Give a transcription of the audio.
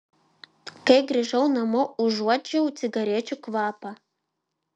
kai grįžau namo užuodžiau cigarečių kvapą